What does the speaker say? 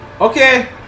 Okay